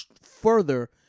further